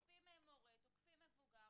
תוקף מורה או תוקף מבוגר,